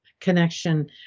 connection